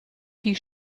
die